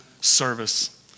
service